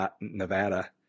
Nevada